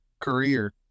career